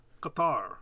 qatar